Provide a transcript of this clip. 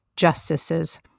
justices